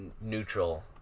neutral